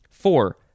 Four